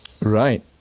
Right